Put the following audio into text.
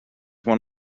one